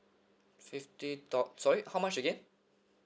fifty talk sorry how much again